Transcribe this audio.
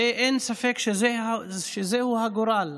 אין ספק שזהו הגורל.